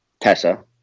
Tessa